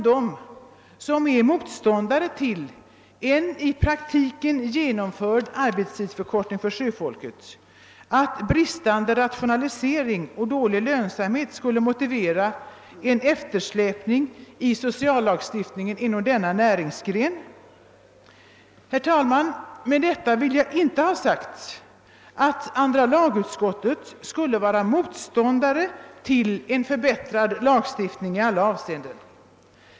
De som är motståndare till en i praktiken genomförd arbetstidsförkortning för sjöfolket kan därför inte göra gällande att bristande rationalisering och dålig lönsamhet motiverar en eftersläpning i sociallagstiftningen beträffande denna näringsgren. Med detta vill jag emellertid inte ha sagt att andra lagutskottet skulle vara motståndare till en förbättrad lagstiftning i alla avseenden.